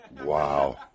Wow